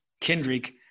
Kendrick